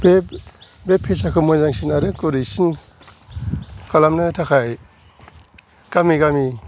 बे बे पेसाखौ मोजांसिन आरो गुरैसिन खालामनो थाखाय गामि गामि